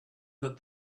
that